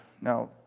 Now